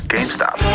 GameStop